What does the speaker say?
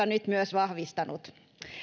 nyt myös perustuslakivaliokunta vahvistanut